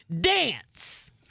dance